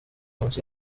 munsi